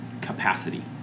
capacity